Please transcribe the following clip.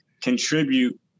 contribute